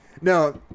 No